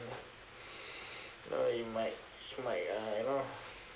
know you might you might uh you know